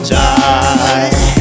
die